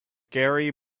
gary